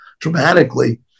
dramatically